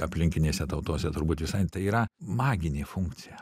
aplinkinėse tautose turbūt visai tai yra maginė funkcija